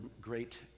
great